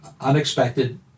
unexpected